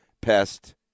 pest